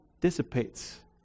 dissipates